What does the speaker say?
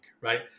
right